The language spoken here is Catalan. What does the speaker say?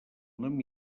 nom